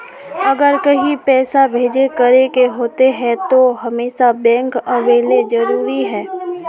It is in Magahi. अगर कहीं पैसा भेजे करे के होते है तो हमेशा बैंक आबेले जरूरी है?